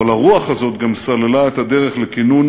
אבל הרוח הזאת גם סללה את הדרך לכינון